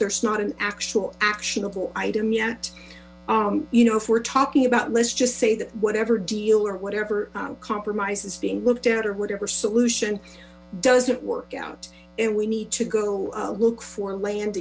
there is not an actual actionable item yet you know if we're talking about let's just sy that whatever deal whatever compromise is being looked at or whatever solution doesn't work out and we need to go look for land